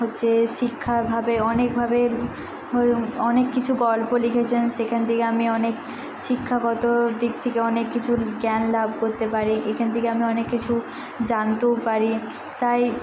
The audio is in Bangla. হচ্ছে শিক্ষাভাবে অনেকভাবে হয়ে অনেক কিছু গল্প লিখেছেন সেখান থেকে আমি অনেক শিক্ষাগত দিক থেকে অনেক কিছুর জ্ঞান লাভ করতে পারি এখেন থেকে আমি অনেক কিছু জানতেও পারি তাই